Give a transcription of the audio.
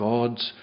God's